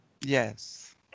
Yes